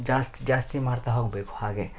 ಜಾಸ್ತಿ ಜಾಸ್ತಿ ಮಾಡ್ತಾ ಹೋಗಬೇಕು ಹಾಗೆ